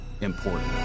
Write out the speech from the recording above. important